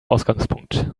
ausgangpunkt